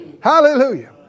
Hallelujah